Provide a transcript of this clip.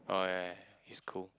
oh yeah yeah yeah he's cool